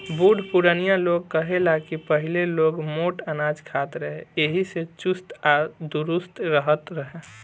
बुढ़ पुरानिया लोग कहे ला की पहिले लोग मोट अनाज खात रहे एही से चुस्त आ दुरुस्त रहत रहे